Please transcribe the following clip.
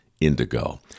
indigo